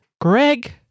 Greg